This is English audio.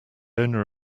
owner